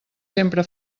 sempre